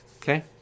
Okay